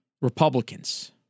Republicans